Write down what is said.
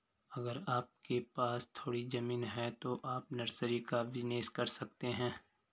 अगर आपके पास थोड़ी ज़मीन है तो आप नर्सरी का बिज़नेस कर सकते है